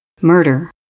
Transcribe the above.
murder